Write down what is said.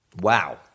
Wow